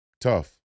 Tough